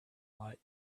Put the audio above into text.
lot